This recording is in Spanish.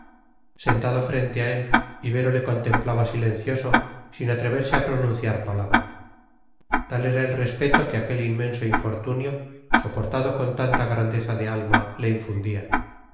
sentado frente a él ibero le contemplaba silencioso sin atreverse a pronunciar palabra tal era el respeto que aquel inmenso infortunio soportado con tanta grandeza de alma le infundía